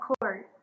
court